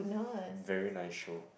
very nice show